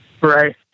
Right